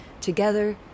Together